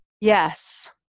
yes